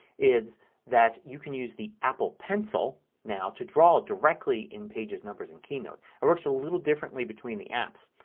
is that you can use the apple pencil now to draw directly in pages, numbers, and keynote. it works a little differently between the apps.